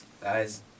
Guys